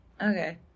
Okay